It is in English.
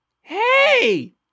Hey